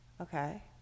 Okay